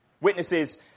Witnesses